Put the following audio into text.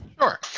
Sure